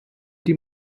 die